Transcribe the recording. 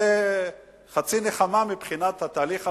זה חצי נחמה מבחינת התהליך המדיני.